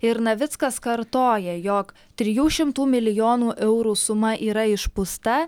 ir navickas kartoja jog trijų šimtų milijonų eurų suma yra išpūsta